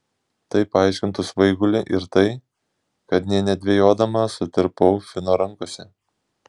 tai paaiškintų svaigulį ir tai kad nė nedvejodama sutirpau fino rankose